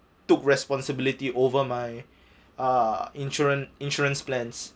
took responsibility over my uh insurance insurance plans